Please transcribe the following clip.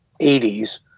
80s